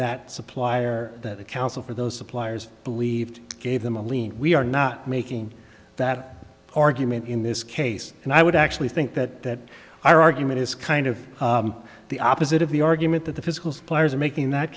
that supplier that the counsel for those suppliers believed gave them a lien we are not making that argument in this case and i would actually think that our argument is kind of the opposite of the argument that the physical suppliers are making that